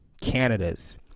Canada's